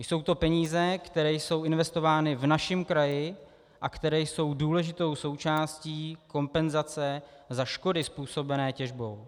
Jsou to peníze, které jsou investovány v našem kraji a které jsou důležitou součástí kompenzace za škody způsobené těžbou.